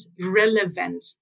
relevant